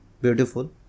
beautiful